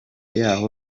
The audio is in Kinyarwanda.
yaho